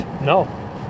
no